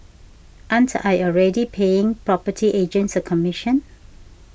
aren't I already paying property agents a commission